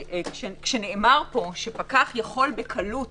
כשנאמר פה שפקח יכול בקלות